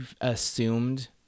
assumed